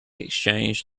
exchange